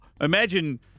imagine